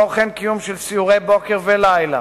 וכן קיום סיורי בוקר ולילה